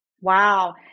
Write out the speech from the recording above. Wow